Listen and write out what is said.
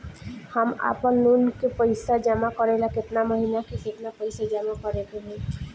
हम आपनलोन के पइसा जमा करेला केतना महीना केतना पइसा जमा करे के होई?